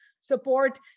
support